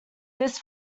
this